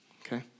okay